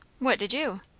what did you?